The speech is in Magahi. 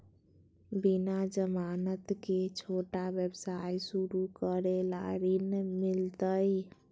बिना जमानत के, छोटा व्यवसाय शुरू करे ला ऋण मिलतई?